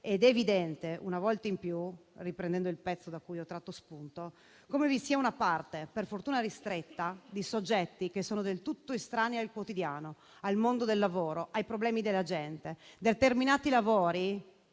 È evidente una volta in più, riprendendo il pezzo da cui ho tratto spunto, come vi sia una parte, per fortuna ristretta, di soggetti che sono del tutto estranei al quotidiano, al mondo del lavoro e ai problemi della gente. Determinati lavori,